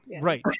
Right